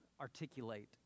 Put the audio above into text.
articulate